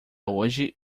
hoje